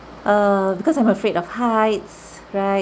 err because I'm afraid of heights right